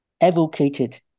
advocated